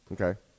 Okay